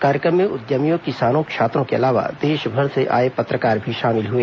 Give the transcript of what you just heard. कार्यक्रम में उद्यमियों किसानों छात्रों के अलावा देशभर से आए पत्रकार भी शामिल हुए